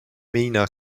meena